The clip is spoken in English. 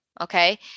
okay